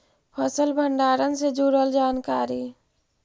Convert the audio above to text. फसल भंडारन से जुड़ल जानकारी?